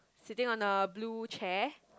sitting on a blue chair